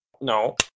no